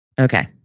Okay